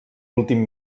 últim